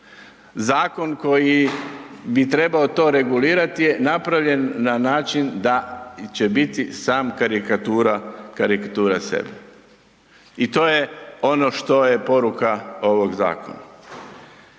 Zakon koji bi trebao to regulirat je napravljen na način da će biti sam karikatura, karikatura sebe. I to je ono što je poruka ovog zakona.